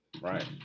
right